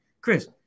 Chris